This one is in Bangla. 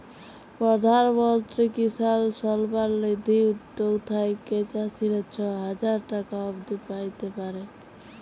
পরধাল মলত্রি কিসাল সম্মাল লিধি উদ্যগ থ্যাইকে চাষীরা ছ হাজার টাকা অব্দি প্যাইতে পারে